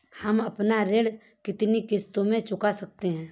हम अपना ऋण कितनी किश्तों में चुका सकते हैं?